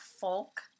folk